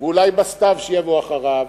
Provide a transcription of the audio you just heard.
ואולי בסתיו שיבוא אחריו,